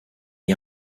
est